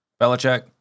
Belichick